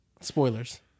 Spoilers